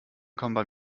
kommen